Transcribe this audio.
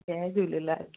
Jay Jhulelal